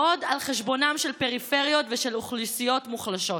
ועוד על חשבונן של פריפריות ושל אוכלוסיות מוחלשות.